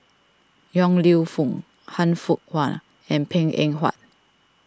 Yong Lew Foong Han Fook Kwang and Png Eng Huat